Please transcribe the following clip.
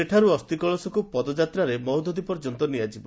ସେଠାରୁ ଅସ୍ତିକଳସକୁ ପଦଯାତ୍ରାରେ ମହୋଦଧି ପର୍ଯ୍ୟନ୍ତ ନିଆଯିବ